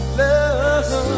love